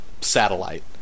satellite